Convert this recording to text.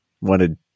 Wanted